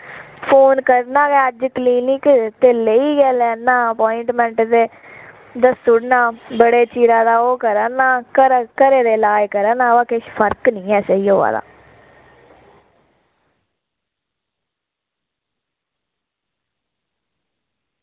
phone करना गै अज्ज क्लीनिक ते लेई गै लैना अप्वाईनमेंट ते दस्सी ओड़ना बड़े चिर दा ओह् कराना घरै दे लाज़ ते कराना पर किश फर्क निं ऐ होआ दा